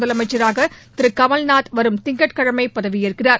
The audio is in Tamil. முதலமைச்சராக திரு கமல்நாத் வரும் திங்கட் கிழமை பதவியேற்கிறார்